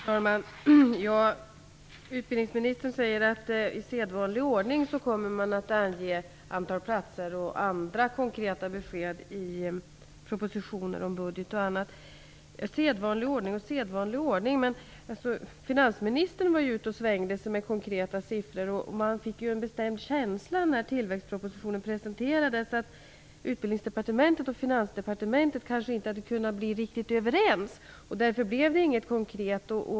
Fru talman! Utbildningsministern säger att man i sedvanlig ordning kommer att ange antalet platser och lämna andra konkreta besked i propositioner, budget etc. Sedvanlig ordning och sedvanlig ordning, men finansministern var ju ute och svängde sig med konkreta siffror. När tillväxtpropositionen presenterades fick man en bestämd känsla av att Utbildningsdepartementet och Finansdepartementet kanske inte var riktigt överens. Därför blev det ingenting konkret.